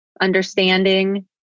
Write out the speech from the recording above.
understanding